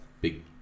big